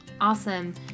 awesome